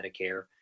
Medicare